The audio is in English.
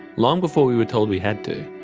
long before we were told we had to,